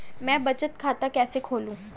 मैं बचत खाता कैसे खोलूं?